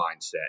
mindset